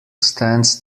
stands